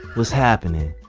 what's happening?